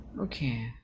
Okay